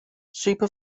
super